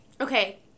okay